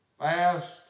fast